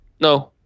No